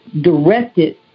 directed